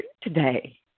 today